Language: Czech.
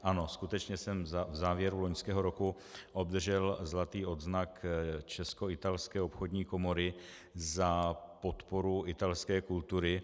Ano, skutečně jsem v závěru loňského roku obdržel Zlatý odznak Českoitalské obchodní komory za podporu italské kultury.